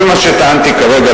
כל מה שטענתי כרגע,